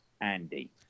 Andy